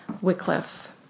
Wycliffe